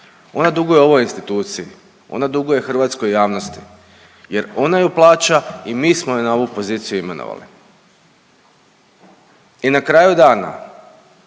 ona duguje ovoj instituciji, ona duguje hrvatskoj javnosti jer ona ju plaća i mi smo je na ovu poziciju imenovali. I na kraju dana,